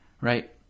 right